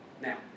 Now